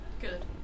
Good